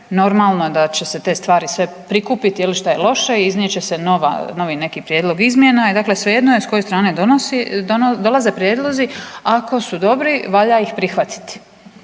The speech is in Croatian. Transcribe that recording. normalno je da će se te stvari prikupiti je li šta je loše i iznijet će se neki novi prijedlog izmjena, dakle svejedno je s koje strane dolaze prijedlozi ako su dobri valja ih prihvatiti.